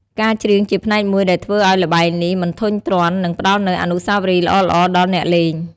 ការច្រៀងជាផ្នែកមួយដែលធ្វើឱ្យល្បែងនេះមិនធុញទ្រាន់ និងផ្តល់នូវអនុស្សាវរីយ៍ល្អៗដល់អ្នកលេង។